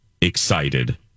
excited